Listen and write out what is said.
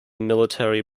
military